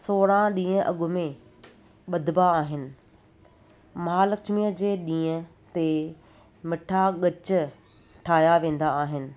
सोरहं ॾींहं अॻ में ॿधिबा आहिनि महालक्ष्मी जे ॾींहं ते मिठा ॻच ठाहिया वेंदा आहिनि